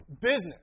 Business